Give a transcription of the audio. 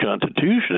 Constitution